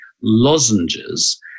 lozenges